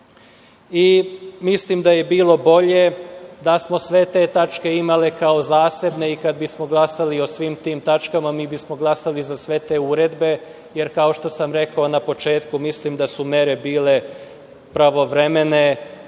i mislim da je bilo bolje da smo sve te tačke imali kao zasebne i kad bismo glasali o svim tim tačkama mi bismo glasali za sve te uredbe, jer kao što sam rekao na početku, mislim da su mere bile pravovremene,